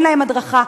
אין להם הדרכה.